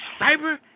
cyber